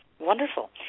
Wonderful